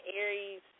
Aries